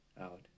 out